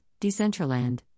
Decentraland